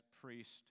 priest